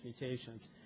mutations